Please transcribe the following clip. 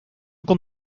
con